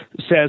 says